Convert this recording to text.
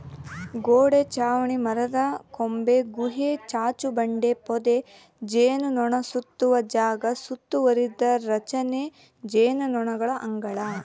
ಗೋಡೆ ಚಾವಣಿ ಮರದಕೊಂಬೆ ಗುಹೆ ಚಾಚುಬಂಡೆ ಪೊದೆ ಜೇನುನೊಣಸುತ್ತುವ ಜಾಗ ಸುತ್ತುವರಿದ ರಚನೆ ಜೇನುನೊಣಗಳ ಅಂಗಳ